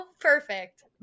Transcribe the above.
perfect